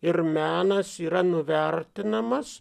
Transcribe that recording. ir menas yra nuvertinamas